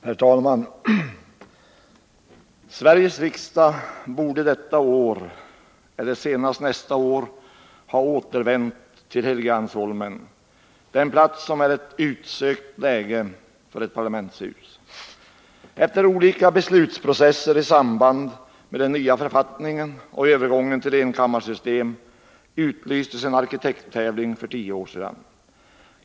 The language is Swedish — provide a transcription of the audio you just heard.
Herr talman! Sveriges riksdag borde detta år. eller senast nästa år. ha återvänt till Helgeandsholmen, den plats som är ett utsökt läge för parlamentshus. Efter olika beslutsprocesser i samband med den nya författningen och övergången till enkammarsystem utlystes en arkitekttävling för tio år sedan.